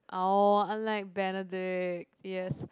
oh I like Benedict yes